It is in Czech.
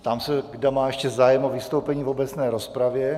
Ptám se, kdo má ještě zájem o vystoupení v obecné rozpravě.